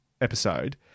episode